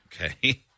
Okay